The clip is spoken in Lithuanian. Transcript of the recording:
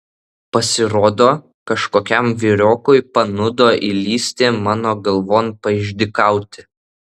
pasirodo kažkokiam vyriokui panūdo įlįsti mano galvon paišdykauti